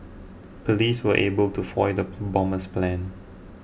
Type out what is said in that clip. police were able to foil the bomber's plans